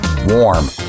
Warm